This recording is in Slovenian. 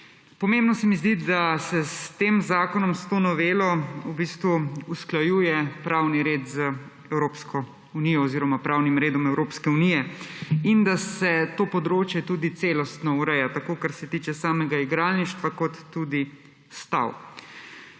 Pomembno se mi zdi, da se s tem zakonom, s to novelo usklajuje pravni red z Evropsko unijo oziroma pravnim redom Evropske unije in da se to področje tudi celostno ureja, tako kar se tiče samega igralništva kot tudi stav.